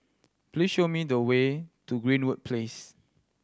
please show me the way to Greenwood Place